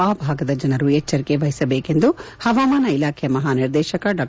ಆ ಭಾಗದ ಜನರು ಎಚ್ಚರ ವಹಿಸಬೇಕು ಎಂದು ಪವಾಮಾನ ಇಲಾಖೆಯ ಮಹಾನಿರ್ದೇತಕ ಡಾ